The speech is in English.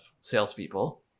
salespeople